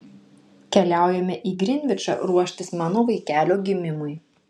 keliaujame į grinvičą ruoštis mano vaikelio gimimui